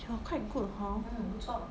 !wah! quite good hor